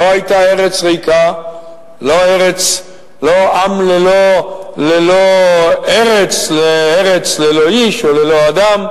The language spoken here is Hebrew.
לא היתה ארץ ריקה, לא "עם ללא ארץ, בארץ ללא אדם".